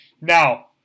Now